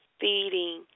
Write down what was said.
feeding